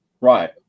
Right